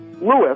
Lewis